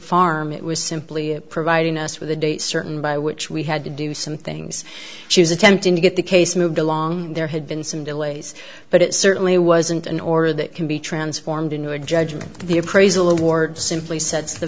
farm it was simply providing us with a date certain by which we had to do some things she was attempting to get the case moved along there had been some delays but it certainly wasn't an order that can be transformed into a judgment the appraisal award simply said the